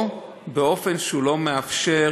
או באופן שלא מאפשר